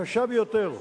קשה ביותר.